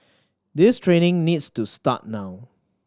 this training needs to start now